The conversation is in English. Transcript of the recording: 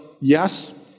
yes